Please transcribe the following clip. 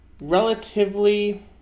relatively